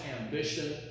ambition